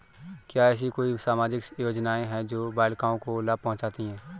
क्या ऐसी कोई सामाजिक योजनाएँ हैं जो बालिकाओं को लाभ पहुँचाती हैं?